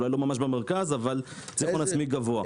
אולי לא במרכז אבל הון עצמי גבוה.